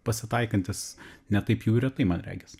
pasitaikantis ne taip jau ir retai man regis